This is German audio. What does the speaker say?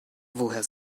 woher